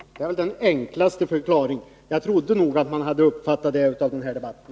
Det är väl den enklaste förklaringen. Jag trodde faktiskt att det hade framgått av debatten.